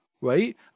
Right